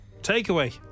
Takeaway